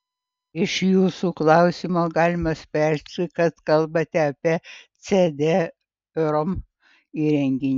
iš jūsų klausimo galima spręsti kad kalbate apie cd rom įrenginį